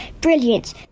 Brilliant